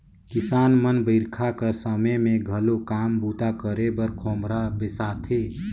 किसान मन बरिखा कर समे मे घलो काम बूता करे बर खोम्हरा बेसाथे